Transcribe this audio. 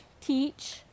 teach